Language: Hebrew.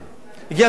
הגיע הזמן למעשים.